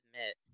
admit